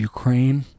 Ukraine